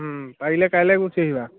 পাৰিলে কাইলৈ গুচি আহিবা